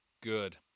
good